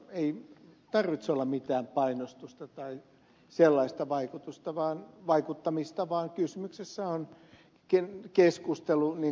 ei tarvitse olla mitään painostusta tai sellaista vaikuttamista vaan kysymyksessä on keskustelu niin kuin ed